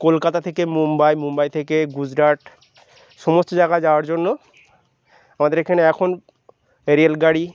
কলকাতা থেকে মুম্বাই মুম্বাই থকে গুজরাট সমস্ত জায়গা যাওয়ার জন্য আমাদের এখানে এখন রেলগাড়ি